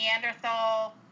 Neanderthal